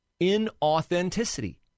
Inauthenticity